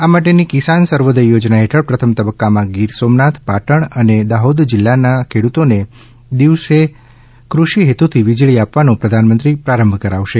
આ માટેની કિસાન સર્વોદય યોજના હેઠળ પ્રથમ તબક્કામાં ગીર સોમનાથ પાટણ અને દાહોદ જિલ્લાના ખેડૂતોને દિવસે કૃષિહેતુથી વીજળી આપવાનો પ્રધાનમંત્રી પ્રારંભ કરાવશે